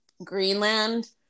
Greenland